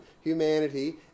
humanity